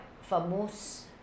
famous